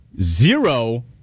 Zero